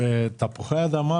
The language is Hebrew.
תפוחי אדמה